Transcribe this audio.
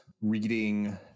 reading